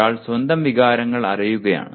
ഒരാൾ സ്വന്തം വികാരങ്ങൾ അറിയുകയാണ്